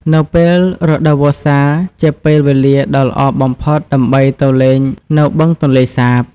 នៅពេលរដូវវស្សា ជាពេលវេលាដ៏ល្អបំផុតដើម្បីទៅលេងនៅបឹងទន្លេសាប។